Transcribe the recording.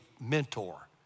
mentor